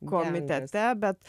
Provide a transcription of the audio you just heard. komitete bet